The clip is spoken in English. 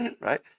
right